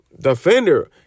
defender